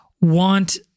want